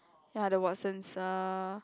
ya the Watsons uh